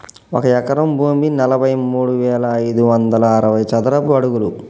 ఒక ఎకరం భూమి నలభై మూడు వేల ఐదు వందల అరవై చదరపు అడుగులు